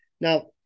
Now